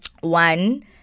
One